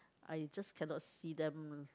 I just cannot see them